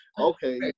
okay